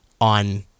on